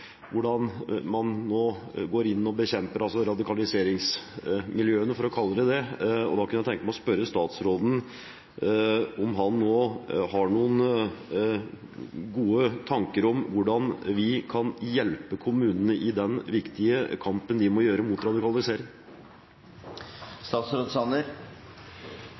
hvordan man nå går inn og bekjemper radikaliseringsmiljøene, for å kalle det det, og jeg kunne tenke meg å spørre statsråden om han nå har noen gode tanker om hvordan vi kan hjelpe kommunene i den viktige kampen de må gjøre mot radikalisering?